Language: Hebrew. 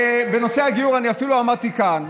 בנושא הגיור, אני אפילו עמדתי כאן,